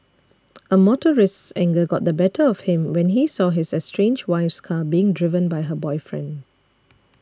a motorist's anger got the better of him when he saw his estranged wife's car being driven by her boyfriend